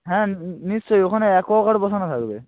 হ্যাঁ নিশ্চয়ই ওখানে অ্যাকোয়াগার্ড বসানো থাকবে